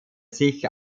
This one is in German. sich